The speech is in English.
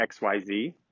XYZ